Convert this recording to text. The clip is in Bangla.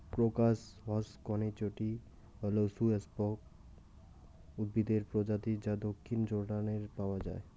ক্রোকাস হসকনেইচটি হল সপুষ্পক উদ্ভিদের প্রজাতি যা দক্ষিণ জর্ডানে পাওয়া য়ায়